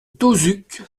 tauzuc